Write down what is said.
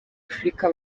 afurika